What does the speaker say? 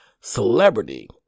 celebrity